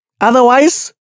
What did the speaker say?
Otherwise